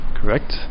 Correct